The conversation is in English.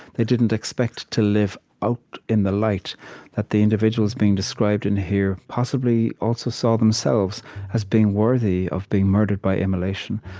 they didn't expect to live out in the light that the individuals being described in here possibly also saw themselves as being worthy of being murdered by immolation.